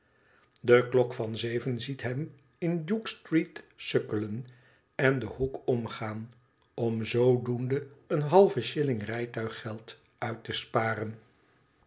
de klok van zeven ziet hem in duke street sukkelen en de hoek omgaan om zoodoende een halve shilling rijtuiggeld uit te halen